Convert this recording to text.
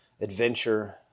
adventure